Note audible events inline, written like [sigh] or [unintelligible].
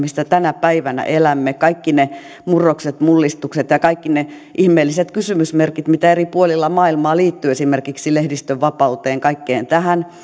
missä tänä päivänä elämme kaikki ne murrokset mullistukset ja ja kaikki ne ihmeelliset kysymysmerkit mitkä eri puolilla maailmaa liittyvät esimerkiksi lehdistönvapauteen kaikkeen tähän [unintelligible]